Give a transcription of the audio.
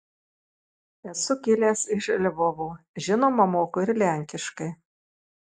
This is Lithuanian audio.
esu kilęs iš lvovo žinoma moku ir lenkiškai